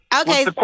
Okay